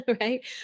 right